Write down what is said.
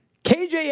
KJ